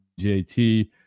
JT